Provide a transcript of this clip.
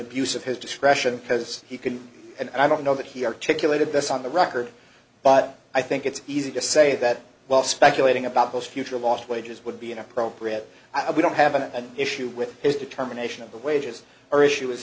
of his discretion because he couldn't and i don't know that he articulated this on the record but i think it's easy to say that well speculating about those future lost wages would be inappropriate i don't have an issue with his determination of the wages or issue is